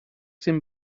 dim